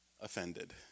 offended